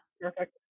Perfect